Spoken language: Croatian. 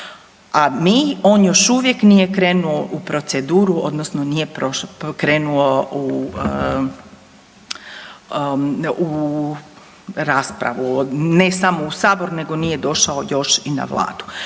a mi, on još uvijek nije krenuo u proceduru odnosno nije krenuo u raspravu, ne samo u sabor nego nije došao još i na Vladu.